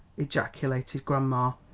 ejaculated grandma,